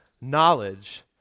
knowledge